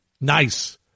Nice